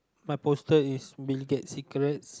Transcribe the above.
my poster is Bill Gates secret